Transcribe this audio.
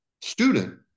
student